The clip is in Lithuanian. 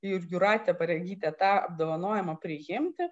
ir jūrate paragytė tą apdovanojimą priimti